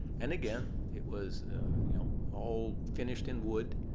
and again, it was you know all finished in wood.